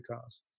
cars